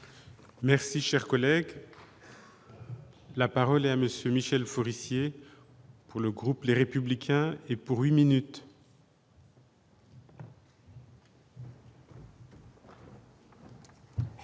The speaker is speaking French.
Merci, cher collègue. La parole est à monsieur Michel Forissier, pour le groupe, les Républicains et pour une minute.